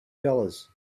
dollars